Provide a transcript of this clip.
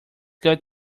cut